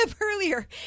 earlier